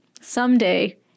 someday